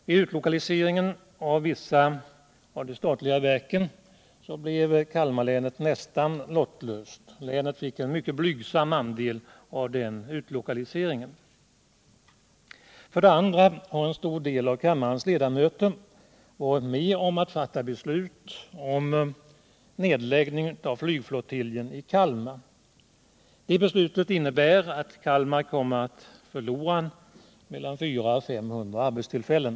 Vid utlokaliseringen av vissa av de statliga verken blev Kalmarlänet nästan lottlöst. Länet fick en mycket blygsam andel av denna utlokalisering. För det andra har en stor del av kammarens ledamöter varit med om att fatta beslut om nedläggning av flygflottiljen i Kalmar. Det beslutet innebär att Kalmar kommer att förlora 400-500 arbetstillfällen.